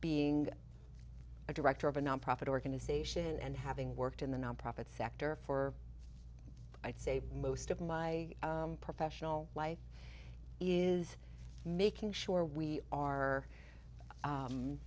being a director of a nonprofit organization and having worked in the nonprofit sector for i'd say most of my professional life is making sure we are